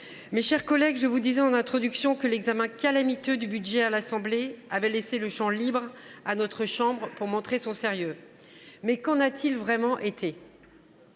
Mes chers collègues, je vous disais en introduction de mon propos que l’examen calamiteux du budget à l’Assemblée nationale avait laissé le champ libre à notre chambre pour montrer son sérieux. Qu’en a t il vraiment été ?